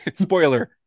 Spoiler